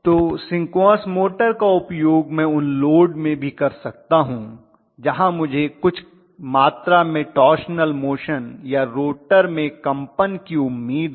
तो synchronous motor का उपयोग मैं उन लोड में भी कर सकता हूं जहाँ मुझे कुछ मात्रा में टॉर्सनल मोशन या रोटर में कंपन की उम्मीद हो